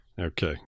Okay